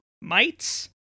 Mites